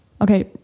okay